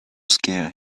scare